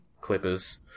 clippers